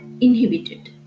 inhibited